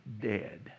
dead